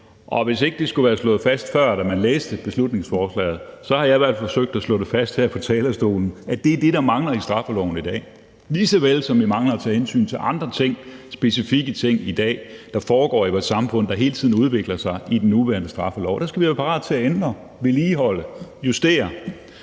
dag. Hvis ikke det skulle være slået fast før, da man læste beslutningsforslaget, har jeg i hvert fald forsøgt at slå det fast her fra talerstolen, nemlig at det er det, der mangler i straffeloven i dag, lige så vel som at vi mangler at tage hensyn til andre ting, specifikke ting, i dag, der foregår i vores samfund, der hele tiden udvikler sig. Og der skal vi være parate til at ændre, vedligeholde, justere